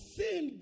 sin